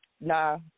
Nah